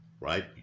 right